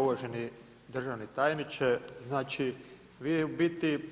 Uvaženi državni tajniče, vi u biti